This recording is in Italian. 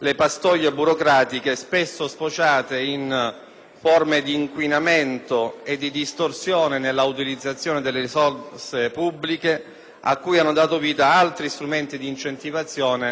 forme di inquinamento e di distorsione nell'utilizzazione delle risorse pubbliche, cui hanno dato vita altri strumenti di incentivazione come, ad esempio, la legge n.